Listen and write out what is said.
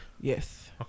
Yes